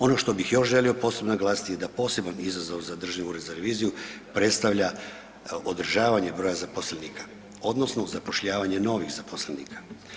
Ono što bih još želio posebno naglasiti da poseban izazov za Državni ured za reviziju predstavlja održavanje broja zaposlenika, odnosno zapošljavanje novih zaposlenika.